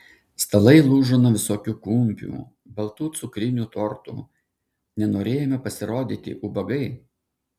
stalai lūžo nuo visokių kumpių baltų cukrinių tortų nenorėjome pasirodyti ubagai